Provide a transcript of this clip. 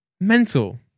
mental